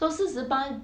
so 四十八